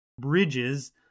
bridges